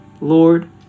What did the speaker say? Lord